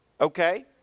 Okay